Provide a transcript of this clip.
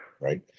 right